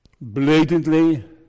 Blatantly